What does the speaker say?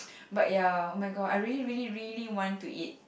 but ya oh-my-god I really really really want to eat